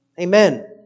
Amen